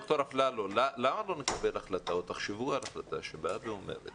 דוקטור אפללו, תחשבו על החלטה שבאה ואומרת